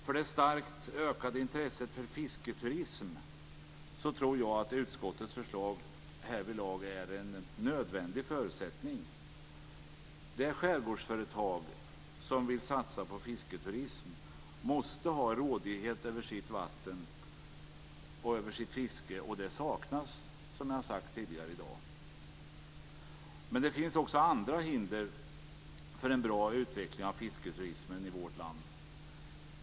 För det starkt ökade intresset för fisketurism tror jag att utskottets förslag härvidlag är en nödvändig förutsättning. Det skärgårdsföretag som vill satsa på fisketurism måste ha rådighet över sitt vatten och över sitt fiske, och det saknas, som jag har sagt tidigare i dag. Men det finns också andra hinder för en bra utveckling av fisketurismen i vårt land.